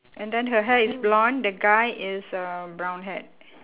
and then her hair is blonde the guy is uh brown hair